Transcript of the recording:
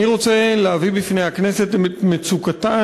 אני רוצה להביא בפני הכנסת את מצוקתן